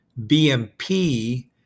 BMP-